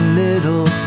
middle